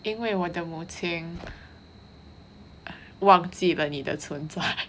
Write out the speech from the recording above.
因为我的母亲忘记了你的存在